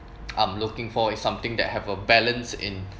I'm looking for is something that have a balance in